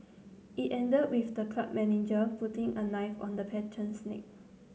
it ended with the club manager putting a knife on the patron's neck